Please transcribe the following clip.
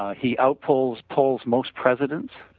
he outpolls outpolls most presidents.